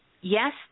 yes